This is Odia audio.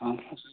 ହଁ ହଁ ସାର୍